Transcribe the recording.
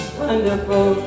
wonderful